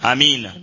Amen